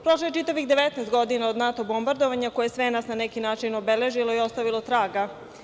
Prošlo je čitavih 19 godina od NATO bombardovanja, koje je sve nas na neki način obeležilo i ostavilo traga.